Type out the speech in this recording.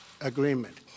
agreement